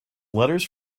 letters